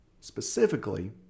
specifically